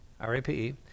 R-A-P-E